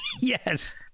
yes